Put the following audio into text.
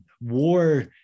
war